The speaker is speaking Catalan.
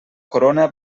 corona